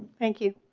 thank you.